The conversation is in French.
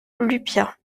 llupia